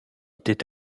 était